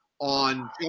on